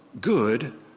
good